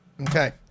Okay